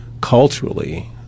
culturally